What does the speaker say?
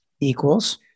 equals